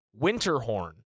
Winterhorn